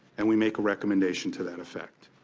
and we make a recommendation to that effect.